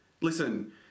Listen